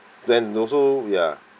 and also ya